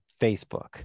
Facebook